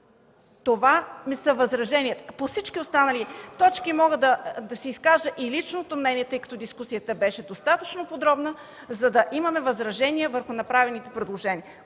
Това са ми възраженията. По всички останали точки мога да си изкажа и личното мнение, тъй като дискусията беше достатъчно подробна, за да имаме възражения върху направените предложения.